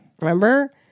Remember